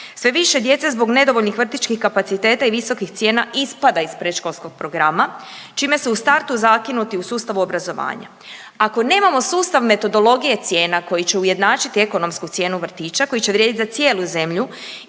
Sve više djece zbog nedovoljnih vrtićkih kapaciteta i visokih cijena ispada iz predškolskog programa čime su u startu zakinuti u sustavu obrazovanja. Ako nemamo sustav metodologije cijena koji će ujednačiti ekonomsku cijenu vrtića koji će vrijedit za cijelu zemlju